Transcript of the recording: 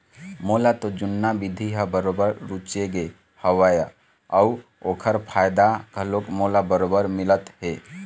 मोला तो जुन्ना बिधि ह बरोबर रुचगे हवय अउ ओखर फायदा घलोक मोला बरोबर मिलत हे